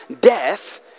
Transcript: death